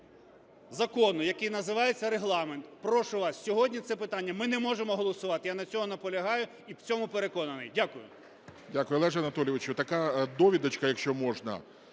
закону, який називається Регламент. Прошу вас, сьогодні це питання ми не можемо голосувати. Я на цьому наполягаю і в цьому переконаний. Дякую. ГОЛОВУЮЧИЙ. Дякую. Олеже Анатолійовичу, така довідочка, якщо можна.